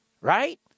right